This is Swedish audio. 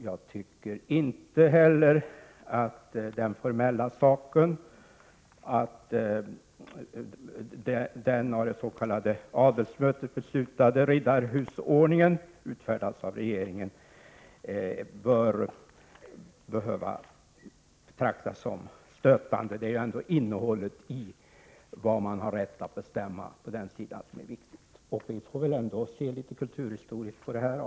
Jag tycker inte heller att det formella förhållandet att den av det s.k. adelsmötet beslutade riddarhusordningen utfärdas av regeringen behöver betraktas som stötande. Det är ändå innehållet i vad man har rätt att bestämma som är viktigt. Vi får se kulturhistoriskt på detta.